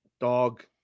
Dog